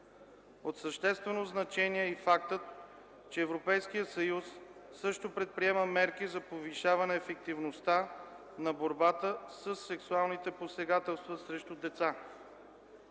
От съществено значение е и фактът, че Европейският съюз също предприема мерки за повишаване ефективността на борбата със сексуалните посегателства срещу деца.